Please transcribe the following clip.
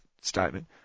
statement